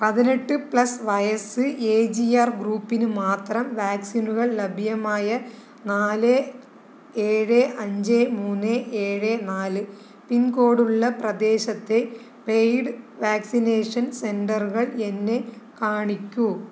പതിനെട്ട് പ്ലസ് വയസ്സ് എ ജി ആർ ഗ്രൂപ്പിന് മാത്രം വാക്സിനുകൾ ലഭ്യമായ നാല് ഏഴ് അഞ്ച് മൂന്ന് ഏഴ് നാല് പിൻകോഡുള്ള പ്രദേശത്തെ പെയ്ഡ് വാക്സിനേഷൻ സെൻറ്ററുകൾ എന്നെ കാണിക്കൂ